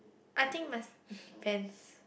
I think must depends